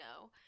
no